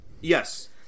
Yes